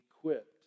equipped